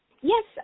yes